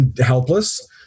Helpless